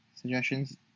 suggestions